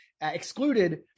excluded